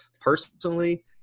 personally